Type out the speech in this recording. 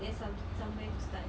that's some somewhere to start